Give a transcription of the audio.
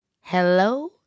Hello